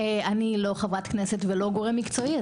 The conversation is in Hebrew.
אני לא חברת כנסת ולא גורם מקצועי.